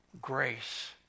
grace